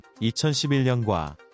2011년과